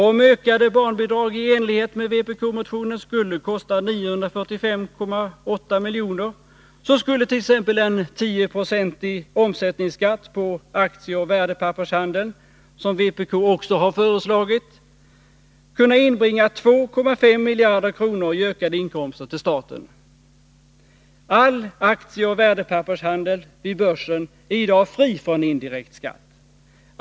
Om ökade barnbidrag i enlighet med vpk-motionen skulle kosta 945,8 miljoner, så skulle t.ex. en 10-procentig omsättningsskatt på aktieoch värdepappershandeln — som vpk också har föreslagit — kunna inbringa 2,5 miljarder kronor i ökade inkomster till staten. All aktieoch värdepappershandel vid börsen är i dag fri från indirekt skatt.